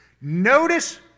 Notice